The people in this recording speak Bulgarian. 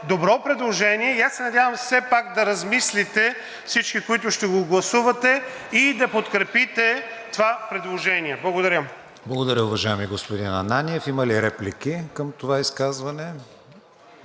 добро предложение. Аз се надявам все пак да размислите всички, които ще го гласувате, и да подкрепите това предложение. Благодаря. ПРЕДСЕДАТЕЛ КРИСТИАН ВИГЕНИН: Благодаря, уважаеми господин Ананиев. Има ли реплики към това изказване?